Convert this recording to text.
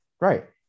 Right